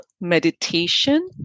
meditation